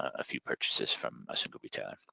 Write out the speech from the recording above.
a few purchases from a single bti.